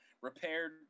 repaired